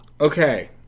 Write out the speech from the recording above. Okay